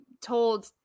told –